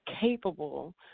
capable